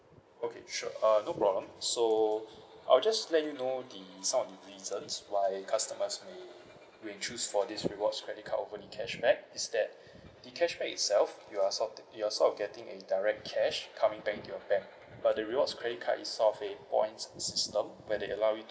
okay sure uh no problem so I'll just let you know the some of the reasons why customers may may choose for this rewards credit card over the cashback is that the cashback itself you're sort you're sort of getting a direct cash coming back your bank but the rewards credit card is sort of a points system where they allow